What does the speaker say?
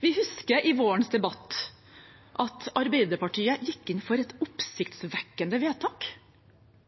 Vi husker i vårens debatt at Arbeiderpartiet gikk inn for